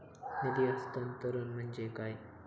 निधी हस्तांतरण म्हणजे काय?